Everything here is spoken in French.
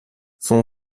son